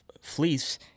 fleece